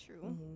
true